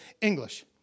English